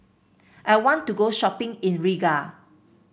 I want to go shopping in Riga